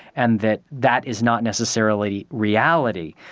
and that that is not necessarily reality.